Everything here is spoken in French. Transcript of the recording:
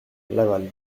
laval